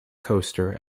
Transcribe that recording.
coaster